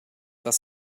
das